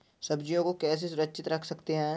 सब्जियों को कैसे सुरक्षित रख सकते हैं?